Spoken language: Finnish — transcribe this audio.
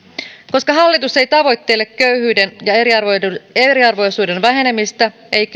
koska hallitus ei tavoittele köyhyyden ja eriarvoisuuden eriarvoisuuden vähenemistä eivät